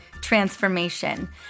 transformation